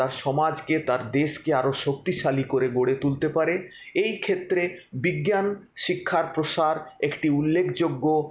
তার সমাজকে তার দেশকে আরো শক্তিশালী করে গড়ে তুলতে পারে এইক্ষেত্রে বিজ্ঞানশিক্ষার প্রসার একটি উল্লেখযোগ্য